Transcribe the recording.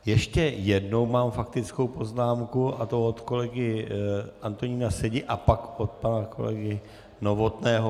Ještě jednou mám faktickou poznámku, a to od kolegy Antonína Sedi, a pak od pana kolegy Novotného.